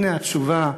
הנה התשובה,